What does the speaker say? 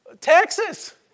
Texas